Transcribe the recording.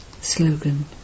Slogan